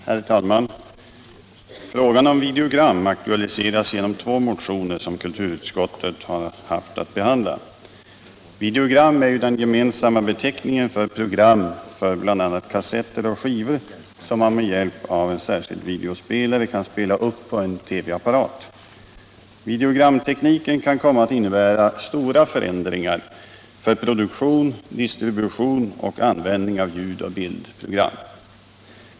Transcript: Herr talman! Frågan om videogram aktualiseras genom två motioner, som kulturutskottet har haft att behandla. Videogram är ju den gemensamma beteckningen för program inspelade på bl.a. kassetter och skivor, vilka man med hjälp av en särskild videospelare kan spela upp på en TV-apparat. Videogramtekniken kan komma att innebära stora förändringar för produktion, distribution och användning av ljud och bildprogram.